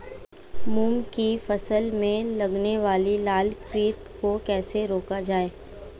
मूंग की फसल में लगने वाले लार कीट को कैसे रोका जाए?